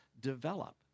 develop